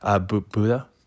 Buddha